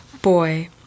Boy